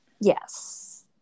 Yes